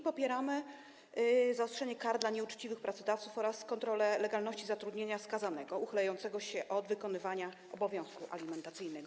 Popieramy zaostrzenie kar dla nieuczciwych pracodawców oraz kontrolę legalności zatrudnienia skazanego uchylającego się od wykonywania obowiązku alimentacyjnego.